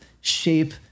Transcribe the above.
shape